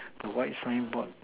the white sign board